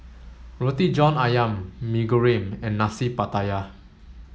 Roti John Ayam Mee Goreng and Nasi Pattaya